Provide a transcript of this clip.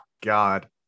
god